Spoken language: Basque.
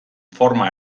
forma